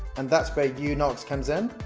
and that's where yeah unogs comes in,